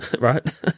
right